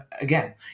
again